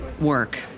work